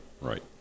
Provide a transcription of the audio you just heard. right